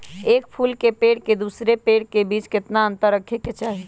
एक फुल के पेड़ के दूसरे पेड़ के बीज केतना अंतर रखके चाहि?